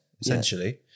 essentially